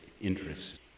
interests